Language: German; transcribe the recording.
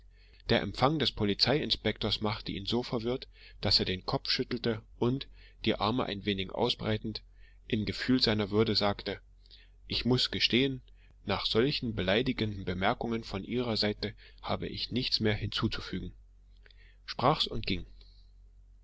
der empfang des polizei inspektors machte ihn so verwirrt daß er den kopf schüttelte und die arme ein wenig ausbreitend im gefühl seiner würde sagte ich muß gestehen nach solchen beleidigenden bemerkungen von ihrer seite habe ich nichts mehr hinzuzufügen sprach's und ging